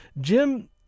Jim